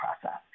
process